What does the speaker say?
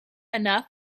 enough